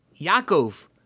Yaakov